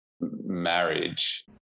marriage